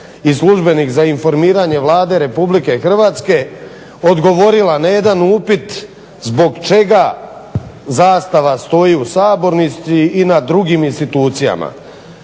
i službenih za informiranje Vlade RH odgovorila na jedan upit zbog čega zastava stoji u sabornici i na drugim institucijama.